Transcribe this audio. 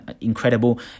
incredible